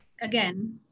again